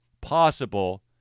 possible